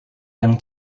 yang